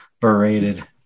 berated